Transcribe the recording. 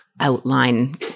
Outline